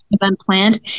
unplanned